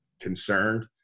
concerned